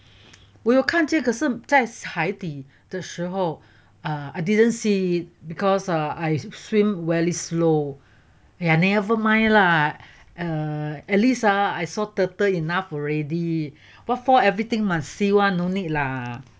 我有看见可是是在海底的时候 ah I didn't see because ah I swim very slow ya never mind lah err at least ah I saw turtle enough already what for everything must see [one] no need la